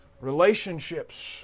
relationships